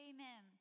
Amen